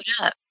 up